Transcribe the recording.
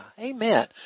Amen